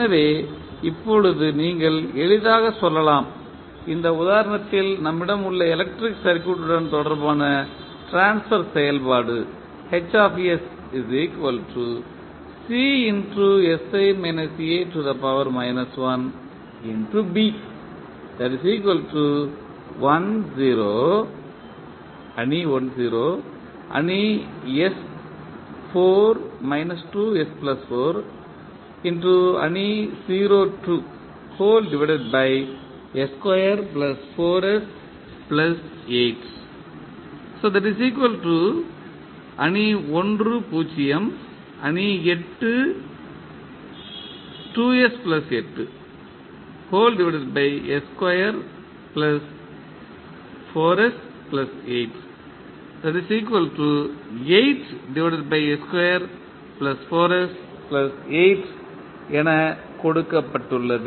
எனவே இப்போது நீங்கள் எளிதாக சொல்லலாம் இந்த உதாரணத்தில் நம்மிடம் உள்ள எலக்ட்ரிக் சர்க்யூட் உடன் தொடர்பான ட்ரான்ஸ்பர் செயல்பாடு என கொடுக்கப்பட்டுள்ளது